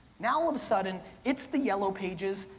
now all of a sudden, it's the yellow pages,